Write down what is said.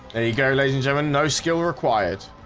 go ladies having no skill required